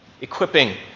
equipping